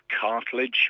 cartilage